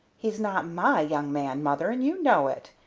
he's not my young man, mother, and you know it.